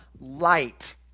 light